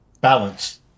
Balance